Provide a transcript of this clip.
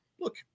look